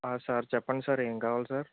sir చెప్పండి sir ఏమి కావాలి సార్